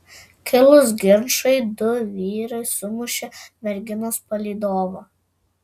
kilus ginčui du vyrai sumušė merginos palydovą